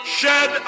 shed